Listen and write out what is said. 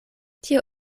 tio